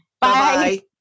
Bye